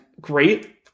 great